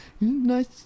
nice